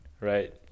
right